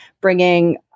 bringing